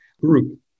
group